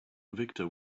victor